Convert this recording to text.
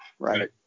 Right